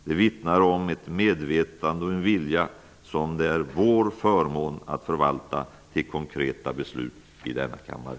Det vittnar om ett medvetande och en vilja som det är vår förmån att förvalta till konkreta beslut i denna kammare.